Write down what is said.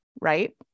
right